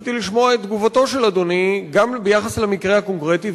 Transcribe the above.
רציתי לשמוע את תגובתו של אדוני גם ביחס למקרה הקונקרטי,